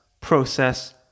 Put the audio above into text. process